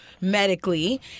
medically